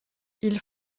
ils